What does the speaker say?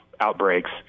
outbreaks